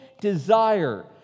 desire